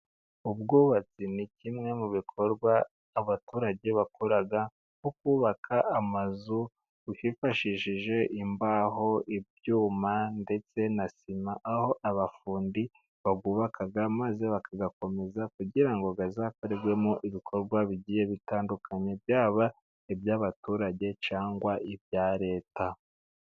Ubwubatsi ni kimwe mu bikorwa abaturage bakora, nko kubaka amazu hifashishijwe imbaho, ibyuma ndetse na sima, aho abafundi bayubaka maze bakayakomeza kugira ngo azakorerwemo ibikorwa bigiye bitandukanye, byaba iby'abaturage cyangwa ibya Leta.